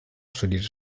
studierte